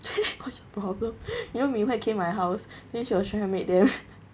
what's your problem you know minhui came my house then she was trying to mate them